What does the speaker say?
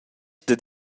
dad